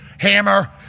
Hammer